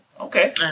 Okay